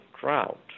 drought